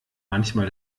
manchmal